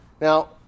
Now